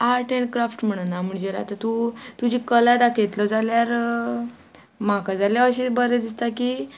art and craft म्हणा म्हणजे आतां तूं तुजी कला दाखयतलो जाल्यार म्हाका जाल्यार अशें बरें दिसता की